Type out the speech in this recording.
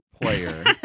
player